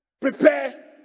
prepare